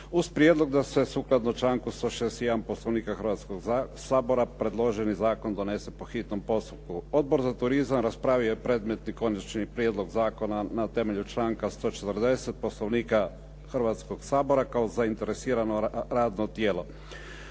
uz prijedlog da se sukladno članku 161. Poslovnika Hrvatskoga sabora predloženi zakon donese po hitnom postupku. Odbor za turizam raspravio je predmetni konačni prijedlog zakona na temelju članka 140. Poslovnika Hrvatskoga sabora kao zainteresirano radno tijelo.